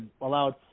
allowed